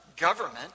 government